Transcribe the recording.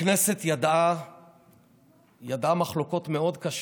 הכנסת ידעה מחלוקות מאוד קשות: